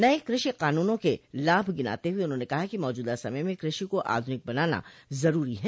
नये कृषि कानूनों के लाभ गिनाते हुए उन्होंने कहा कि मौजूदा समय में कृषि को आधुनिक बनाना जरूरी है